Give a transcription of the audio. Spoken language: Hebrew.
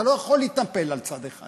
אתה לא יכול להתנפל על צד אחד